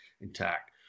intact